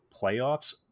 playoffs